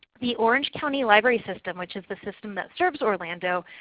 the orange county library system which is the system that serves orlando,